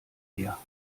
mehr